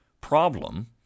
problem